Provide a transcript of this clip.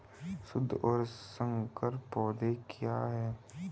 शुद्ध और संकर पौधे क्या हैं?